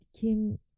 Kim